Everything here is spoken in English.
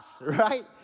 right